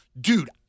dude